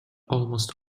almost